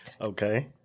Okay